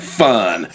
fun